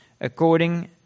according